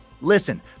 Listen